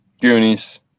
Goonies